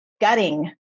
gutting